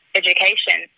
education